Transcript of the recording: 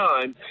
time